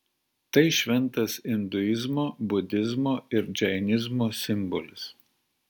tai šventas induizmo budizmo ir džainizmo simbolis